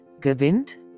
gewinnt